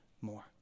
more